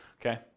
okay